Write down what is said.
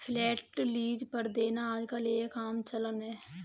flat lease पर देना आजकल एक आम चलन है